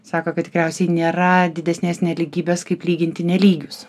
sako kad tikriausiai nėra didesnės nelygybės kaip lyginti nelygius